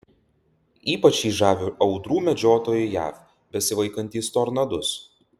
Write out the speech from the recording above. ypač jį žavi audrų medžiotojai jav besivaikantys tornadus